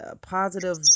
positive